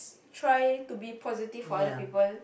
try to be positive for other people